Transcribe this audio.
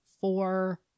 four